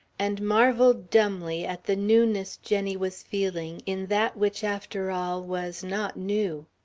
and marveled dumbly at the newness jenny was feeling in that which, after all, was not new!